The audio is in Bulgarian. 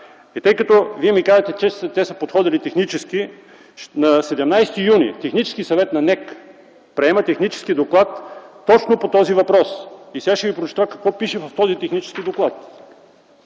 цена. Вие ми казахте, че ЧЕЗ са подходили технически. На 17 юни т.г. Техническият съвет на НЕК приема технически доклад точно по този въпрос. Сега ще Ви прочета какво пише в този технически доклад: